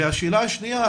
השאלה השנייה,